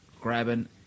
grabbing